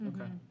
Okay